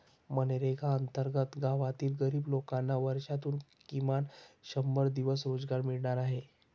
मनरेगा अंतर्गत गावातील गरीब लोकांना वर्षातून किमान शंभर दिवस रोजगार मिळणार आहे